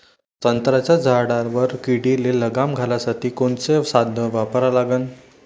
संत्र्याच्या झाडावर किडीले लगाम घालासाठी कोनचे साधनं वापरा लागन?